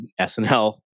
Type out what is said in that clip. SNL